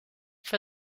for